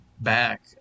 back